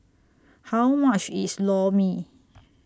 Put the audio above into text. How much IS Lor Mee